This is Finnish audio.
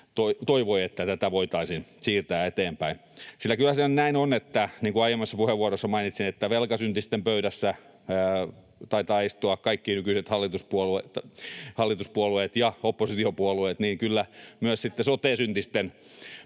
toivoi, että tätä voitaisiin siirtää eteenpäin, sillä kyllä se näin on, niin kuin aiemmassa puheenvuorossani mainitsin, että velkasyntisten pöydässä taitavat istua kaikki nykyiset hallituspuolueet ja oppositiopuolueet, ja kyllä myös sitten sote-syntisten